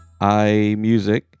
iMusic